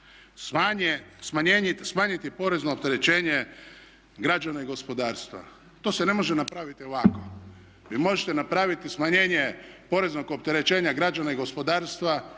Smanjiti porezno opterećenje građana i gospodarstva, to se ne može napraviti ovako. Vi možete napraviti smanjenje poreznog opterećenje građana i gospodarstva